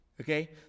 Okay